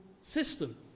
system